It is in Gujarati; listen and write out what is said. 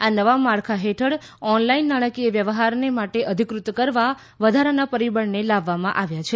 આ નવા માળખા હેઠળ ઓનલાઈન નાણાકીય વ્યવહારને માટે અધિકૃત કરવા વધારાના પરિબળને લાવવામાં આવ્યા છે